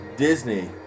Disney